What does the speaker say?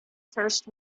first